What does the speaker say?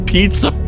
Pizza